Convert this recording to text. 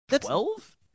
Twelve